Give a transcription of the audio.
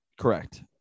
Correct